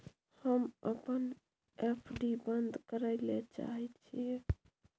हम अपन एफ.डी बंद करय ले चाहय छियै